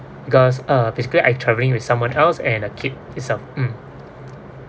because uh basically I traveling with someone else and a kid itself mm